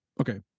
Okay